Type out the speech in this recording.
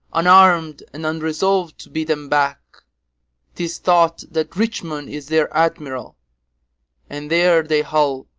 unarm'd, and unresolv'd to beat them back tis thought that richmond is their admiral and there they hull,